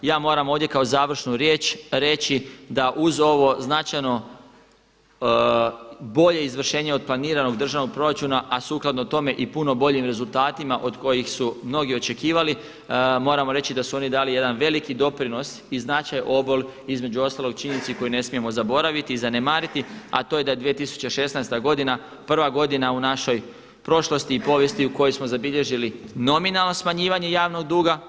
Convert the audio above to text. I ja moram ovdje kao završnu riječ reći da uz ovo značajno bolje izvršenje od planiranoga državnog proračuna, a sukladno tome i puno boljim rezultatima od kojih su mnogi očekivali moramo reći da su oni dali jedan veliki doprinos i značajan obol između ostalog činjenici koju ne smijemo zaboraviti i zanemariti, a to je da je 2016. godina prva godina u našoj prošlosti i povijesti u kojoj smo zabilježili nominalno smanjivanje javnog duga.